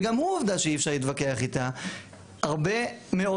וגם הוא עובדה שאי אפשר להתווכח איתה - הרבה מאוד